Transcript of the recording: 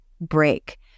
break